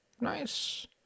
Nice